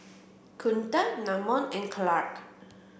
Kunta Namon and Clark